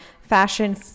fashion